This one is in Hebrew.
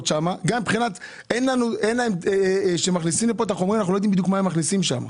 ומבחינת זה שאנחנו לא יודעים איזה חומרים הן מכניסות שם.